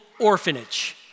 orphanage